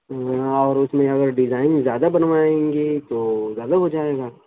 یہاں اور اس میں اگر ڈیزائن زیادہ بنوائیں گے تو زیادہ ہو جائے گا